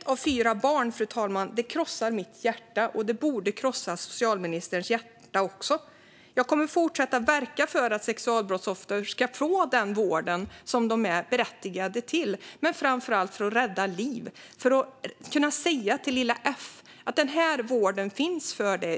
ett av fyra barn, fru talman. Det krossar mitt hjärta, och det borde krossa socialministerns hjärta också. Jag kommer att fortsätta verka för att sexualbrottsoffer ska få den vård de är berättigade till - framför allt för att rädda liv, och för att kunna säga till "Lilla F": Den här vården finns för dig.